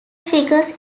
figures